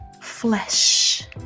flesh